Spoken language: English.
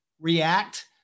react